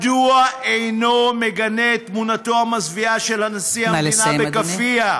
מדוע אינו מגנה את תמונתו המזוויעה של נשיא המדינה בכאפיה?